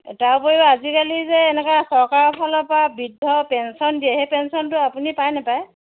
তাৰ উপৰিও আজিকালি যে এনেকুৱা চৰকাৰৰ ফালৰ পৰা বৃদ্ধ পেঞ্চন দিয়ে সেই পেঞ্চনটো আপুনি পাই নাপায়